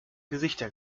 gesichter